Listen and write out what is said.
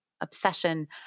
obsession